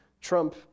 trump